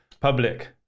public